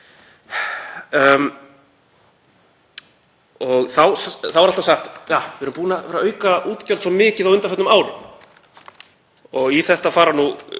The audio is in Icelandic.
Þá er alltaf sagt: Við erum búin að auka útgjöld svo mikið á undanförnum árum. Og í þetta fara nú